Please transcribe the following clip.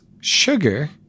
sugar